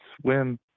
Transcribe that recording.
swim